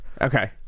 Okay